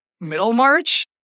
Middlemarch